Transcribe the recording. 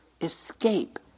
escape